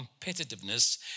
competitiveness